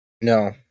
No